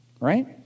right